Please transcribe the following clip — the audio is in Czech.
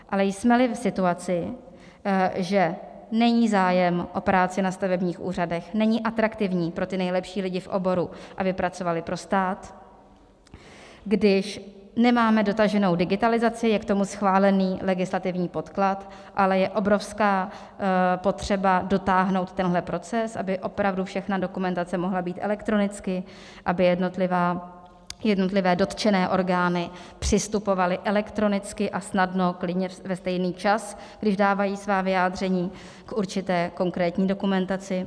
Ale jsmeli v situaci, že není zájem o práci na stavebních úřadech, není atraktivní pro ty nejlepší lidi v oboru, aby pracovali pro stát, když nemáme dotaženou digitalizaci, je k tomu schválený legislativní podklad, ale je obrovská potřeba dotáhnout tenhle proces, aby opravdu všechna dokumentace mohla být elektronicky, aby jednotlivé dotčené orgány přistupovaly elektronicky a snadno, klidně ve stejný čas, když dávají svá vyjádření k určité konkrétní dokumentaci.